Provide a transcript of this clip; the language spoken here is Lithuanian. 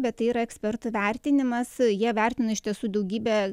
bet tai yra ekspertų vertinimas jie vertina iš tiesų daugybę